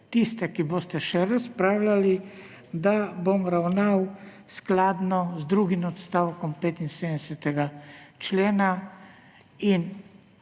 tiste, ki boste še razpravljali, da bom ravnal skladno z drugim odstavkom 75. člena.